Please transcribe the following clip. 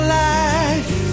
life